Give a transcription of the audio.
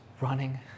running